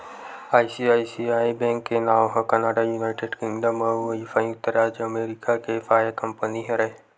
ICICI bank के नांव ह कनाड़ा, युनाइटेड किंगडम अउ संयुक्त राज अमरिका के सहायक कंपनी हरय